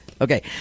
Okay